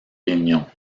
réunions